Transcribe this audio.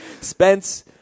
Spence